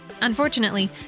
Unfortunately